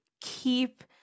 keep